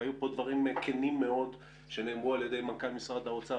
היו פה דברים כנים מאוד שנאמרו על ידי מנכ"ל משרד האוצר